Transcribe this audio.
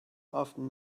often